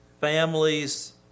families